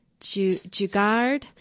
Jugard